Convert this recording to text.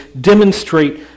demonstrate